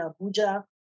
Abuja